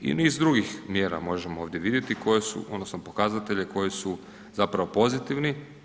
I niz drugih mjera možemo ovdje vidjeti koje su odnosno pokazatelje koje su zapravo pozitivni.